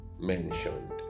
mentioned